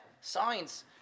science